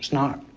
not,